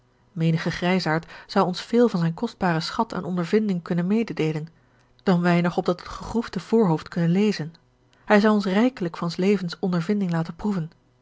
menige grijsaard zou ons veel van zijn kostbaren schat aan ondervinding kunnen mededeelen dan wij nog op dat gegroefde voorhoofd kunnen lezen hij zou ons rijkelijk van s levens ondervinding laten proeven